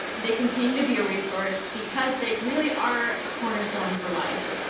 they continue to be a resource because they really are a cornerstone for life.